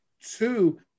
Two